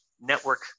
network